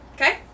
Okay